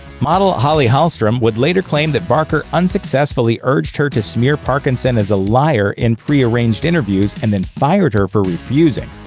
model holly hallstrom would later claim that barker unsuccessfully urged her to smear parkinson as a liar in pre-arranged interviews and then fired her for refusing.